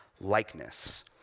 likeness